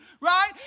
right